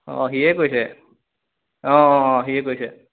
অঁ সিয়ে কৰিছে অঁ অঁ অঁ সিয়ে কৰিছে